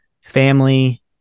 family